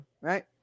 right